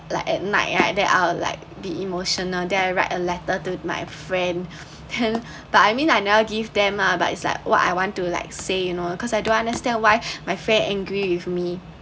like at night yeah then I'll like be emotional then I write a letter to my friend then but I mean I never give them lah but it's like what I want to like say you know cause I don’t understand why my friend angry with me